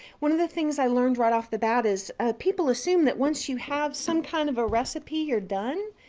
one of the things i learned right off the bat is people assume that once you have some kind of a recipe you're done.